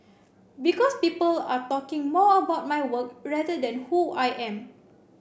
because people are talking more about my work rather than who I am